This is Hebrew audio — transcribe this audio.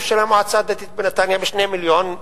של המועצה הדתית בנתניה ב-2 מיליון,